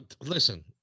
listen